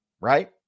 right